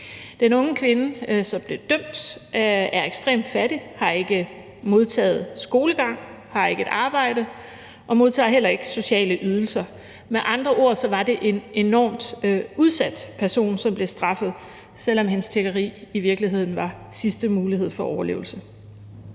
Den unge kvinde, som blev dømt, er ekstremt fattig, har ikke modtaget skolegang, har ikke et arbejde og modtager heller ikke sociale ydelser. Med andre ord var det en enormt udsat person, som blev straffet, selv om hendes tiggeri i virkeligheden var sidste mulighed for overlevelse.